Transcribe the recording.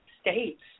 states